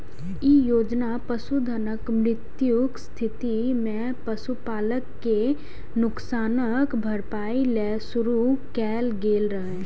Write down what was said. ई योजना पशुधनक मृत्युक स्थिति मे पशुपालक कें नुकसानक भरपाइ लेल शुरू कैल गेल रहै